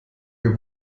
wir